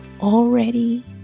already